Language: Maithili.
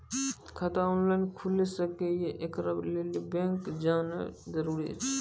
खाता ऑनलाइन खूलि सकै यै? एकरा लेल बैंक जेनाय जरूरी एछि?